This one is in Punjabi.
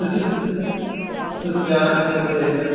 ਤੁਸੀਂ ਤੁਸੀਂ ਜਾਣਾ ਕਿੱਥੇ ਕਿੱਥੇ ਹੈ ਜੀ ਸਰ